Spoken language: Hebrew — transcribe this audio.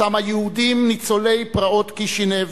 אותם היהודים, ניצולי פרעות קישינב,